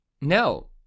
No